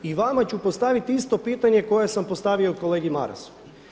I vama ću postaviti isto pitanje koje sam postavio i kolegi Marasu.